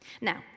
Now